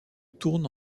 tourne